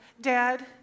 Dad